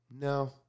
no